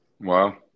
Wow